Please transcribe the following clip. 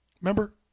Remember